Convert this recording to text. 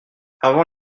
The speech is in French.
avant